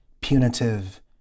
punitive